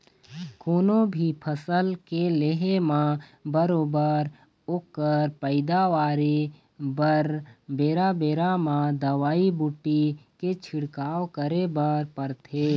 कोनो भी फसल के ले म बरोबर ओखर पइदावारी बर बेरा बेरा म दवई बूटी के छिड़काव करे बर परथे